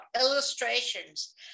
illustrations